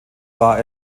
war